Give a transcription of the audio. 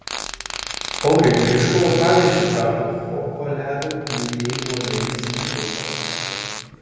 auriui vyriškumo pavyzdžiu tapo fokoliarų judėjimo narys vytautas